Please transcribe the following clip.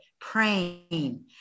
praying